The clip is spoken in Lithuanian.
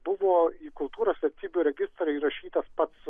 buvo į kultūros vertybių registrą įrašytas pats